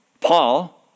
Paul